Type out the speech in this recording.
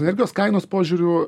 energijos kainos požiūriu